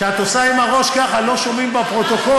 כשאת עושה עם הראש ככה, לא שומעים בפרוטוקול.